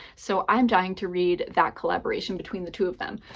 so i'm dying to read that collaboration between the two of them.